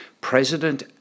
president